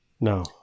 No